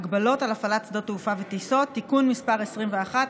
(הגבלות על הפעלת שדות תעופה וטיסות) (תיקון מס' 21),